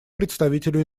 представителю